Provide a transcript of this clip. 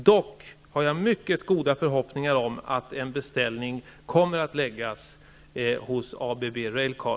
Dock har jag mycket goda förhoppningar om att en beställning kommer att läggas hos ABB Railcar.